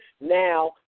now